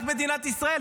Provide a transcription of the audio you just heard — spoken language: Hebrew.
רק במדינת ישראל.